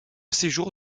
séjour